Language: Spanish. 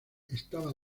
estaba